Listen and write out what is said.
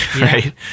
Right